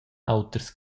auters